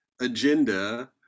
agenda